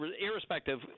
Irrespective